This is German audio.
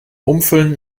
umfüllen